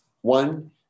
One